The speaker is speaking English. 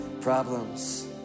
problems